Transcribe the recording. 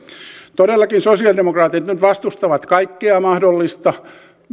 todellakin sosialidemokraatit nyt vastustavat kaikkea mahdollista